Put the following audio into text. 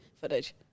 footage